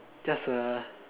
just a